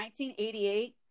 1988